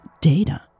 data